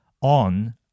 on